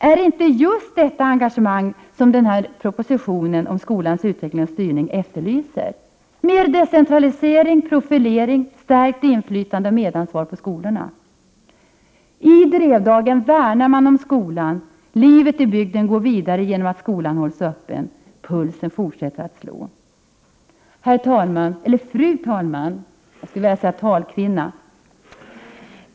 Är det inte just ett sådant engagemang som propositionen om skolans utveckling och styrning efterlyser: mer decentralisering, profilering, stärkt inflytande och medansvar på skolorna? I Drevdagen värnar man om skolan. Livet i bygden går vidare genom att skolan hålls öppen. Pulsen fortsätter att slå. Fru talman eller — som jag hellre skulle vilja säga — fru talkvinna!